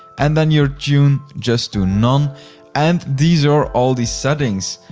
and then your tune, just do none and these are all the settings.